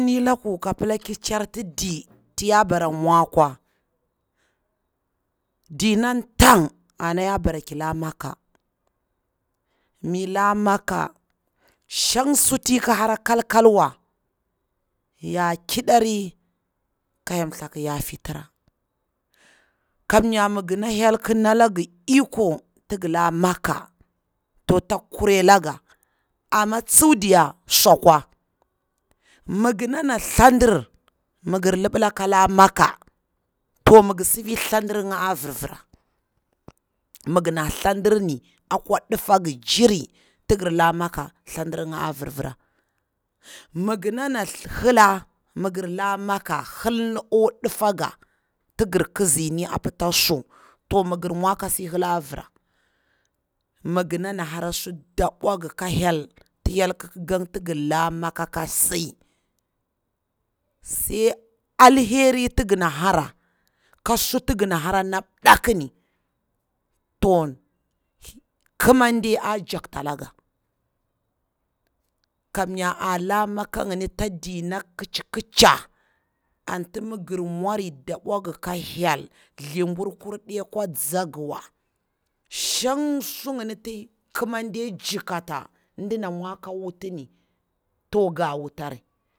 Ma ni laku ka pala ki char ti ɗi ti ya bara mwa kwa, di nan than ana ya bara ki la makka, mi la makka, shan suti hara kalkalwa ya ƙiɗari ka hyel thaku yafetira, kamyar ga natu hyel thaku naga iko ta ga la makka, to tak ku relaga, amma tsu ɗiya su kwama ganana thadar ma ga laɓela ka la makka thadar na vir vira, ma gana thadarni akwa ɗuta, gama ganana hela, helani a vir vira, ma ganana hara su daɓaga ka hyel, ti hyel ƙakanya ta gala makka ka si, sai alheri tu gana hara, ka su tu gana hara na ɗamƙani, to ƙamande a jaktala ga kamyar a la makka ngani di na ƙacƙacha, anta ma ga mwari ga ka hyel thaburkur de kwa nja ngawa shan su niganita ƙa manɗe jika tani ndana mwa ka wutani to ga wutari.